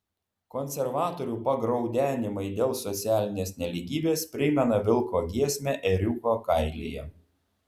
konservatorių pagraudenimai dėl socialinės nelygybės primena vilko giesmę ėriuko kailyje